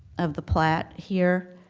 of the plat here,